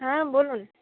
হ্যাঁ বলুন